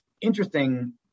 interesting